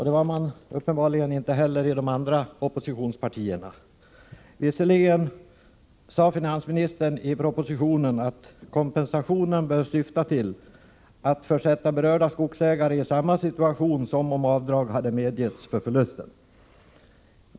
Det var man uppenbarligen inte heller inom de andra oppositionspartierna. Visserligen sade finansministern i propositionen att kompensationen bör syfta till att försätta berörda skogsägare i samma situation som om avdrag hade medgetts för förlusten.